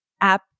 app